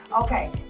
Okay